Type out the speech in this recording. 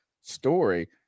story